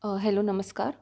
hello नमस्कार